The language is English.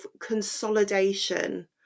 consolidation